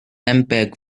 mpeg